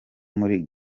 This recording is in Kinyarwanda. muri